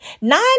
Nine